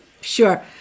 Sure